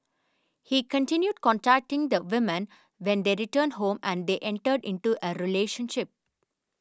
he continued contacting the woman when they returned home and they entered into a relationship